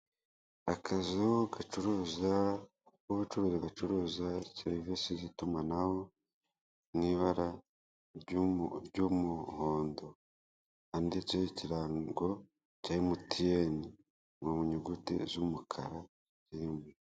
Akazu gacuruza, k'ubucuruzi gacuruza serivise z'itumanaho mu ibara ry'umuhondo handitseho ikirango cya emutiyene mu nyuguti z'umukara ziriho.